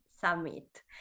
Summit